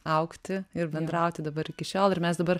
augti ir bendrauti dabar iki šiol ir mes dabar